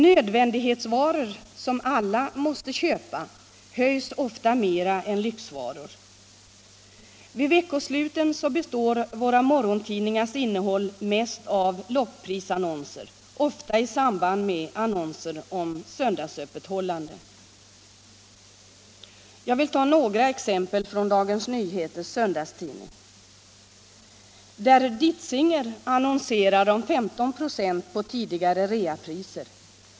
Nödvändighetsvaror, som alla måste köpa, höjs ofta mer än lyxvaror. Vid veckosluten består våra morgontidningars innehåll mest av lockprisannonser, ofta i samband med annonser om söndagsöppethållande. Jag vill ta några exempel från Dagens Nyheters söndagstidning. Ditzingers annonserar om 15 96 på tidigare reapriser.